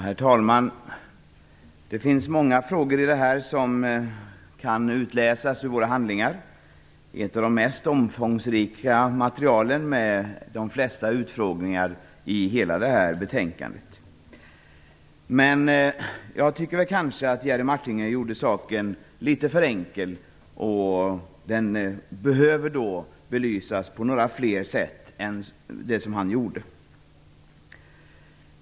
Herr talman! Det finns många frågor som kan utläsas ur handlingarna i det här materialet, ett av de mest omfångsrika materialen i hela betänkandet och det med de flesta utfrågningarna. Men jag tycker att Jerry Martinger gjorde saken litet för enkel. Den behöver belysas på flera sätt än vad han gjorde.